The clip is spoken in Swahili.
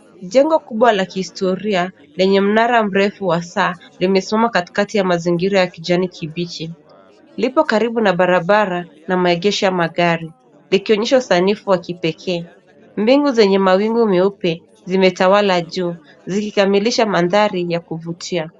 Jengo kubwa la kihistoria lenye mnara mferu wa saa. Limesimama katikati ya mazingira ya kijani kibichi. Lipo karibu na barabara na maegesho ya magari, likionyesha usanifu wa kipekee. Mbingu zenye mawingu meupe zimetawala juu, zikikamilisha mandhari ya kuvutia.